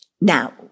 Now